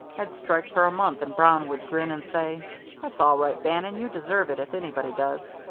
i'd strike for a month and brown would grin and say that's all right, bannon, you deserve it if anybody does.